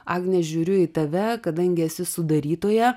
agne žiūriu į tave kadangi esi sudarytoja